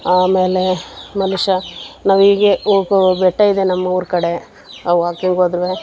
ಆಮೇಲೆ ಮನುಷ್ಯ ನಾವು ಹೀಗೆ ಹೋಗೋ ಬೆಟ್ಟ ಇದೆ ನಮ್ಮ ಊರ ಕಡೆ ನಾವು ವಾಕಿಂಗ್ ಹೋದರು